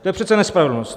To je přece nespravedlnost!